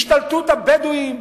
השתלטות הבדואים,